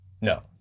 No